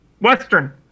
Western